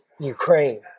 Ukraine